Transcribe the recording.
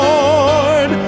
Lord